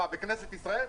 אז מה, בכנסת ישראל?